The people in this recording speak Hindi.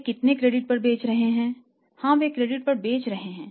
वे कितने क्रेडिट पर बेच रहे हैं हाँ वे क्रेडिट पर बेच रहे हैं